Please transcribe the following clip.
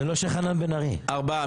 ארבעה.